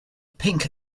pink